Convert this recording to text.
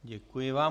Děkuji vám.